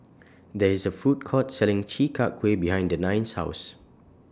There IS A Food Court Selling Chi Kak Kuih behind Denine's House